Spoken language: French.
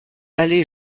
allée